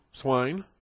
swine